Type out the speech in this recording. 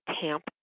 tamp